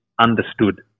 understood